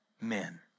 men